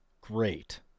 great